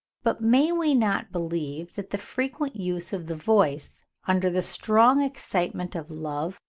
but may we not believe that the frequent use of the voice, under the strong excitement of love,